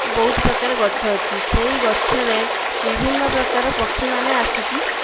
ବହୁତ ପ୍ରକାର ଗଛ ଅଛି ସେହି ଗଛରେ ବିଭିନ୍ନ ପ୍ରକାର ପକ୍ଷୀମାନେ ଆସିକି